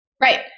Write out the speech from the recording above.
Right